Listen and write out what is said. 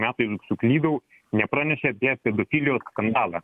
metų suklydau nepranešė apie pedofilijos skandalą